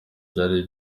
byari